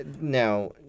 Now